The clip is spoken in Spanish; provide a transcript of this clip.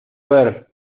ver